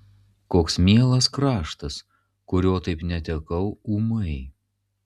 koks mielas kraštas kurio taip netekau ūmai